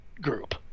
group